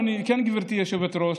כן, גברתי היושבת-ראש,